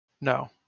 No